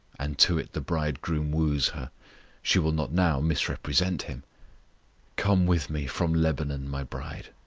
and to it the bridegroom woos her she will not now misrepresent him come with me from lebanon, my bride,